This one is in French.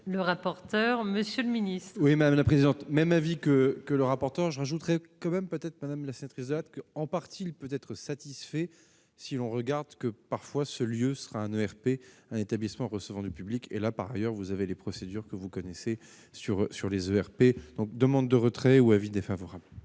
le rapporteur, monsieur le ministre. Oui, madame la présidente, même avis que que le rapporteur, j'ajouterai que même peut-être Madame la cette risotto qu'en partie, il peut être satisfait si l'on regarde que parfois ce lieu sera un ERP un établissement recevant du public, elle a, par ailleurs, vous avez les procédures que vous connaissez sur sur les ERP donc demande de retrait ou avis défavorable.